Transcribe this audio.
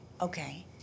Okay